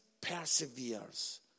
perseveres